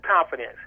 confidence